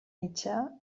mitjà